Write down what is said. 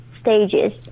stages